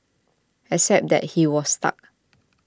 except that he was stuck